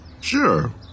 Sure